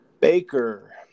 Baker